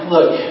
Look